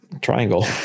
triangle